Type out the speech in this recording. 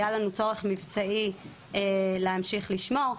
היה לנו צורך מבצעי להמשיך לשמור.